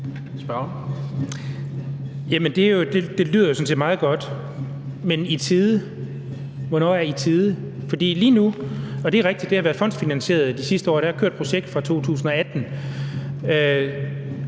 Det lyder jo sådan set meget godt, men hvornår er »i tide«? Det er rigtigt, at det har været fondsfinansieret i de seneste år, og der har kørt et projekt fra 2018,